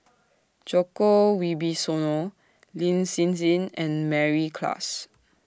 Djoko Wibisono Lin Hsin Hsin and Mary Klass